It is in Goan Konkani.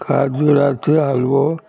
काजुराचो हालवो